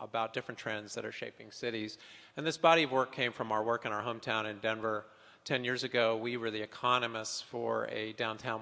about different trends that are shaping cities and this body of work came from our work in our hometown in denver ten years ago we were the economists for a downtown